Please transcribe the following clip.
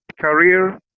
career